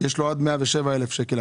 יש לו עד 107,000 שקל,